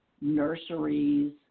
nurseries